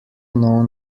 known